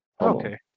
Okay